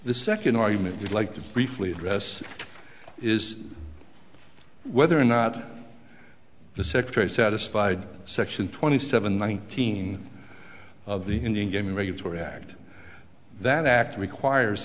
the second argument would like to briefly address is whether or not the secretary satisfied section twenty seven nineteen of the indian gaming regs or act that act requires